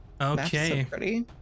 Okay